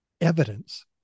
evidence